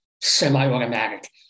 semi-automatic